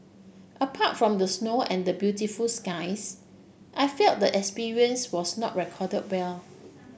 apart from the snow and the beautiful skies I felt the experience was not recorded well